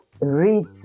read